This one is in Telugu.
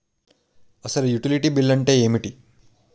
అసలు యుటిలిటీ బిల్లు అంతే ఎంటి?